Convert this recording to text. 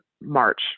March